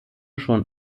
schon